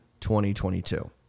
2022